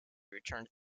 returned